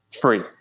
free